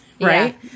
right